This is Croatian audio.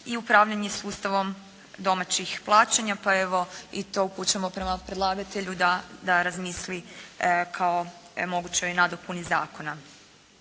i upravljanje sustavom domaćih plaćanja pa evo i to upućujemo prema predlagatelju da razmisli kao mogućoj nadopuni zakona.